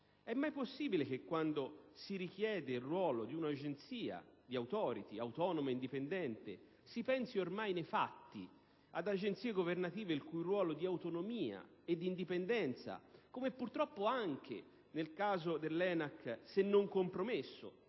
È mai possibile che quando si richiede il ruolo di un'agenzia, di un'*authority* autonoma e indipendente si pensi ormai, nei fatti, ad agenzie governative il cui ruolo di autonomia e indipendenza, come purtroppo anche nel caso dell'ENAC, se non compromesso